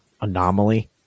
anomaly